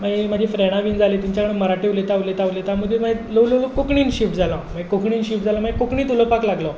मागीर म्हजीं फ्रँडां बी जाली तांच्या कडेन मराठी उलयता उलयता उलयता मदींच ल्हव ल्हव कोंकणीन शिफ्ट जालो हांव कोंकणीन शिफ्ट जालो मागीर कोंकणींत उलोवपाक लागलो